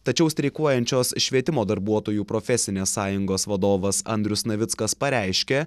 tačiau streikuojančios švietimo darbuotojų profesinės sąjungos vadovas andrius navickas pareiškė